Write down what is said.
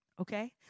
Okay